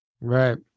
Right